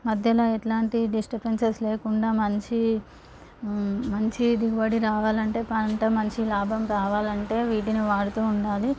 మధ్యలో ఎట్లాంటి డిస్టబెన్సెస్ లేకుండా మంచి మంచి దిగుబడి రావాలంటే పంట మంచి లాభం రావాలంటే వీటిని వాడుతూ ఉండాలి